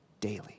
daily